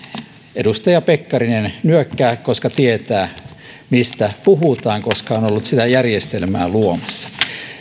edustaja pekkarinen nyökkää koska tietää mistä puhutaan koska on ollut sitä järjestelmää luomassa